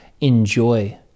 enjoy